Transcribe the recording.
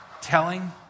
Telling